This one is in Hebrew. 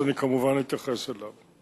ואני כמובן אתייחס אליו.